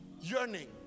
yearning